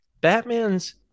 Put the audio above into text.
batman's